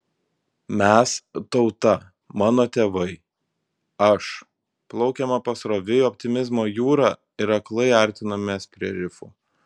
mes tauta mano tėvai aš plaukėme pasroviui optimizmo jūra ir aklai artinomės prie rifų